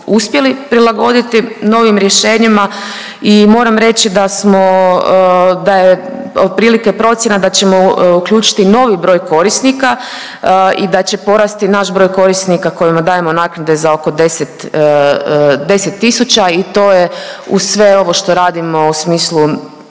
uspjeli prilagoditi novim rješenjima i moram reći da smo, da je otprilike procjena da ćemo uključiti novi broj korisnika i da će porasti naš broj korisnika kojima dajemo naknade za oko 10, 10 tisuća i to je uz sve ovo što radimo u smislu